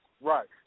right